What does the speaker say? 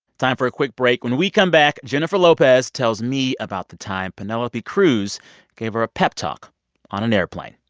time for a quick break. when we come back, jennifer lopez tells me about the time penelope cruz gave her a pep talk on an airplane.